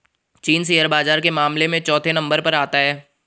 चीन शेयर बाजार के मामले में चौथे नम्बर पर आता है